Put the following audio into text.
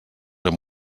amb